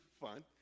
fun